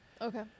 Okay